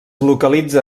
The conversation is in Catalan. localitza